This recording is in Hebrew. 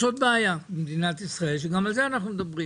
יש עוד בעיה במדינת ישראל שגם עליה אנחנו מדברים